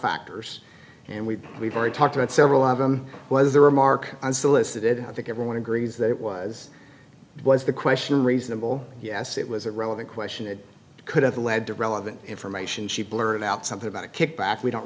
factors and we've we've already talked about several of them was the remark unsolicited i think everyone agrees that it was was the question reasonable yes it was a relevant question it could have led to relevant information she blurted out something about a kickback we don't